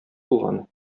булган